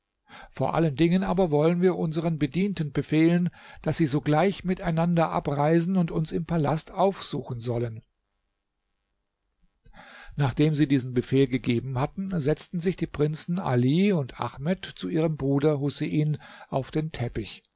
vor allen dingen aber wollen wir unsern bedienten befehlen daß sie sogleich miteinander abreisen und uns im palast aufsuchen sollen nachdem sie diesen befehl gegeben hatten setzten sich die prinzen all und ahmed zu ihrem bruder husein auf den teppich